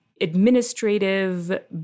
administrative